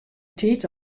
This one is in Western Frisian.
tiid